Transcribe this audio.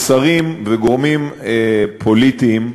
שרים וגורמים פוליטיים,